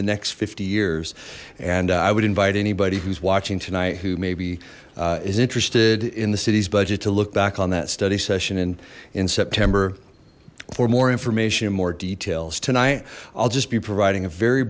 the next fifty years and i would invite anybody who's watching tonight who maybe is interested in the city's budget to look back on that study session and in september for more information in more details tonight i'll just be providing a very